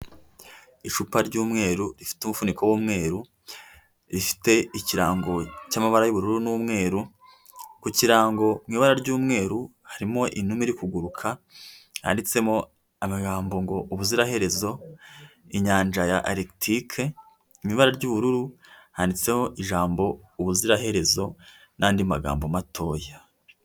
Icupa ry'umweru umufuniko w'umweru rifite ikirango cy'amaba y'ubururu n'umweru, ku kirango mu ibara ry'umweru harimo inuma iri kuguruka yanditsemo amagambo ngo ubuziraherezo, inyanja ya Artictic mu ibara ry'ubururu handitseho ijambo ubuziraherezo n'andi magambo matoya.